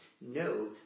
No